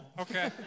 Okay